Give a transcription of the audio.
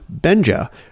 Benja